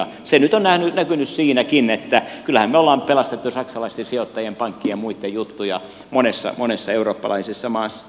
se nyt on näkynyt siinäkin että kyllähän me olemme pelastaneet saksalaisten sijoittajien pankkien ja muitten juttuja monessa eurooppalaisessa maassa